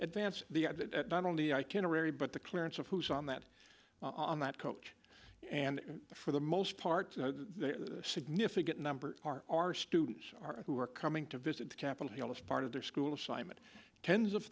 advance the not only i can already but the clearance of who's on that on that coach and for the most part significant numbers our students are who are coming to visit to capitol hill as part of their school assignment tens of